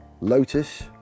Lotus